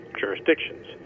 jurisdictions